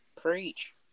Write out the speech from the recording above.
Preach